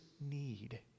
need